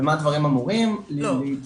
במה דברים אמורים --- לא,